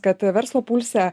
kad verslo pulsą